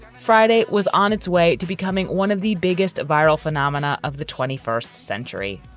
friday was on its way to becoming one of the biggest viral phenomena of the twenty first century.